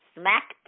smack